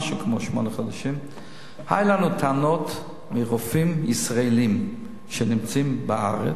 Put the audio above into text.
היו לנו טענות מרופאים ישראלים שנמצאים בארץ,